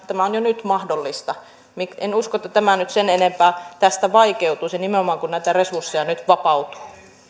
tämä on jo nyt mahdollista en usko että tämä nyt sen enempää tästä vaikeutuisi nimenomaan kun näitä resursseja nyt vapautuu